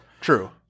true